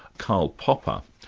karl popper,